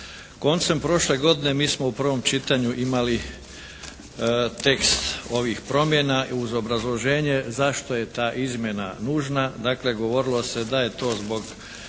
Koncem prošle godine mi smo u prvom čitanju imali tekst ovih promjena uz obrazloženje zašto je ta izmjena nužna. Dakle govorilo se da je to zbog